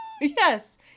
Yes